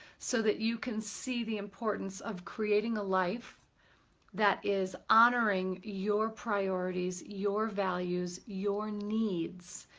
so that you can see the importance of creating a life that is honoring your priorities, your values, your needs,